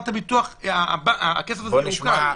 הכסף הזה מעוקל.